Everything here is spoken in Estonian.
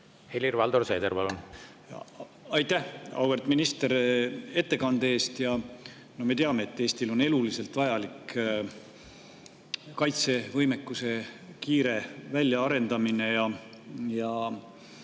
Helir-Valdor Seeder, palun! Aitäh, auväärt minister, ettekande eest! Me teame, et Eestile on eluliselt vajalik kaitsevõimekuse kiire väljaarendamine, ja